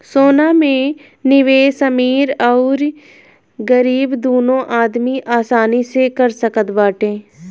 सोना में निवेश अमीर अउरी गरीब दूनो आदमी आसानी से कर सकत बाटे